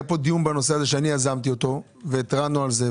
היה פה דיון בנושא הזה שיזמתי אותי והתרענו על זה.